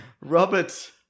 Robert